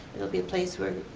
it will be a place we're